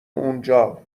اونجا